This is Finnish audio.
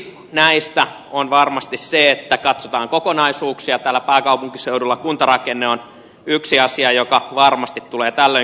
yksi näistä on varmasti se että katsotaan kokonaisuuksia täällä pääkaupunkiseudulla kuntarakenne on yksi asia joka varmasti tulee tällöin kyseeseen